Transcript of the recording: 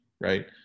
right